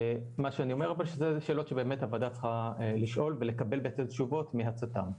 מה שאני אומר זה שאלות שבאמת הוועדה צריכה לשאול ולקבל תשובות מהצט"מ.